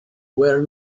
were